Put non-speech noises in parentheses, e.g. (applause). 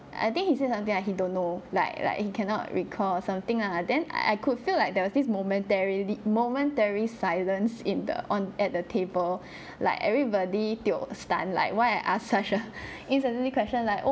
I think he say something like he don't know like like he cannot recall or something lah then I could feel like there was this momentarily momentary silence in the on at the table like everybody tio stun like why I asked such a (laughs) insensitive question like